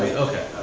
okay.